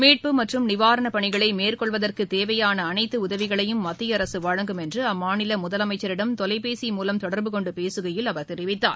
மீட்பு மற்றும் நிவாரணப் பணிகளை மேற்கொள்வதற்கு தேவையான அனைத்து உதவிகளையும் மத்திய அரசு வழங்கும் என்று அவர் அம்மாநில முதலமைச்சிடம் தொலைபேசி மூலம் தொடர்பு கொண்டு பேசுகையில் தெரிவித்தார்